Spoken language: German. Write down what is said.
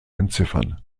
entziffern